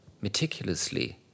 meticulously